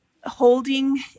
holding